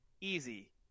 easy